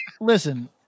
listen